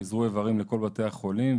פיזרו איברים לכל בתי החולים,